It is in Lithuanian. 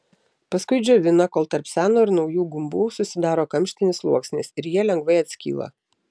paskui džiovina kol tarp seno ir naujų gumbų susidaro kamštinis sluoksnis ir jie lengvai atskyla